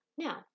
Now